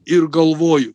ir galvoju